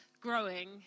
growing